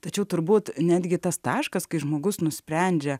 tačiau turbūt netgi tas taškas kai žmogus nusprendžia